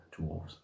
dwarves